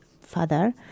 father